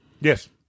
Yes